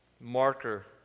marker